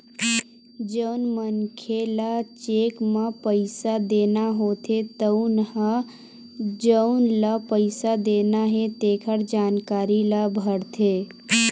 जउन मनखे ल चेक म पइसा देना होथे तउन ह जउन ल पइसा देना हे तेखर जानकारी ल भरथे